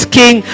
king